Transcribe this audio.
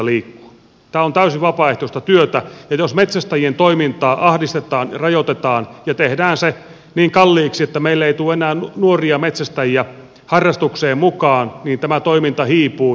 tämä on täysin vapaaehtoista työtä ja jos metsästäjien toimintaa ahdistetaan ja rajoitetaan ja tehdään se niin kalliiksi että meille ei tule enää nuoria metsästäjiä harrastukseen mukaan niin tämä toiminta hiipuu